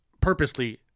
purposely